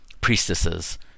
priestesses